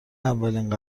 اولین